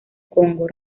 congo